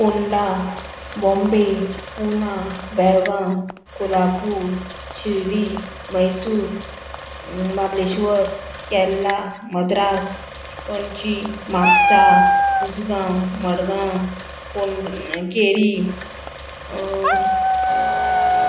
पोंडा बॉम्बे पुना बेळगांव कोल्हापूर शिर्डी म्हैसूर म्हाबलेश्वर केरला मद्रास पणजी म्हापसा उजगांव मडगांव फोण केरी